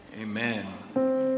Amen